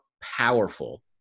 powerful